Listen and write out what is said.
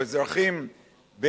או אזרחים,